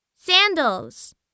Sandals